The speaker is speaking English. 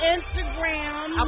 Instagram